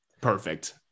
Perfect